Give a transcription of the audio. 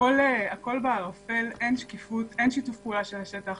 הכול בערפל, אין שקיפות, אין שיתוף פעולה של השטח.